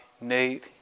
Nate